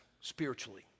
spiritually